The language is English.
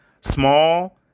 small